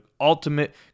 ultimate